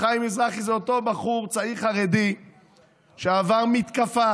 חיים מזרחי הוא אותו בחור צעיר חרדי שעבר מתקפה